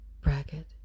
bracket